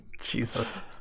Jesus